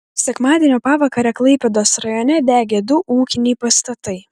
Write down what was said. sekmadienio pavakarę klaipėdos rajone degė du ūkiniai pastatai